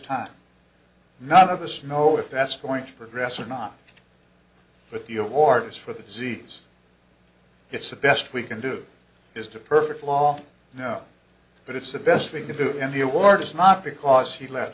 time none of us know if that's going to progress or not but the award is for the disease it's the best we can do is to perfect law no but it's the best thing to do and the award is not because he left